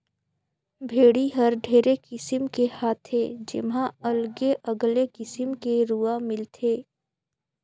भेड़ी हर ढेरे किसिम के हाथे जेम्हा अलगे अगले किसिम के रूआ मिलथे